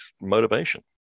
motivation